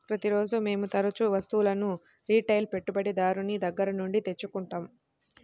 ప్రతిరోజూ మేము తరుచూ వస్తువులను రిటైల్ పెట్టుబడిదారుని దగ్గర నుండి తెచ్చుకుంటాం